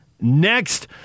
Next